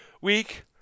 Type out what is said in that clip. week